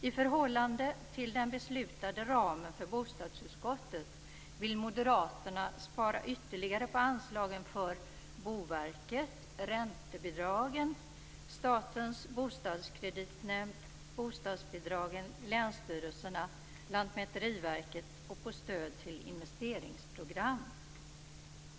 I förhållande till den beslutade ramen för bostadsutskottet vill moderaterna spara ytterligare på anslagen för Boverket, räntebidragen, Statens bostadskreditnämnd, bostadsbidragen, länsstyrelserna, Lantmäteriverket och på stöd till investeringsprogram.